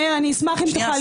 מאיר, אני אשמח אם תוכל להישאר.